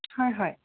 হয় হয়